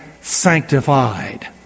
sanctified